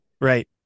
Right